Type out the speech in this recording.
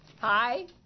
Hi